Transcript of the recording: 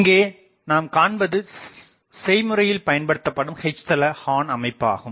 இங்கே நாம் காண்பது செய்முறையில் பயன்படுத்தபடும் H தள ஹார்ன் அமைப்பாகும்